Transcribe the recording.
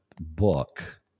book